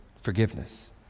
forgiveness